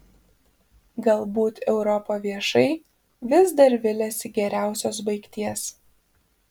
galbūt europa viešai vis dar viliasi geriausios baigties